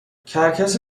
کرکس